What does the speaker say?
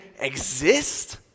exist